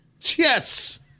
Yes